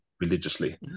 religiously